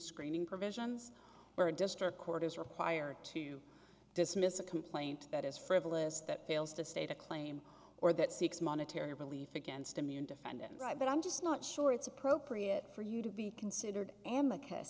screening provisions where a district court is required to dismiss a complaint that is frivolous that fails to state a claim or that seeks monetary relief against immune defendant right but i'm just not sure it's appropriate for you to be considered a